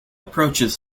approaches